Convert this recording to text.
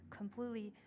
completely